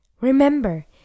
Remember